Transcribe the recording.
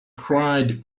cried